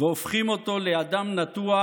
והופכים אותו לאדם נטוע,